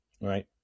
right